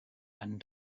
and